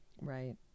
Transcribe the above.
Right